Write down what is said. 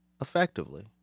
effectively